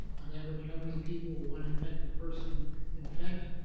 on average how many people will one infected person infect.